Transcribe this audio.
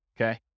okay